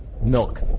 milk